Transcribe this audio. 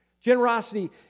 Generosity